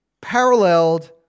paralleled